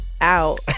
out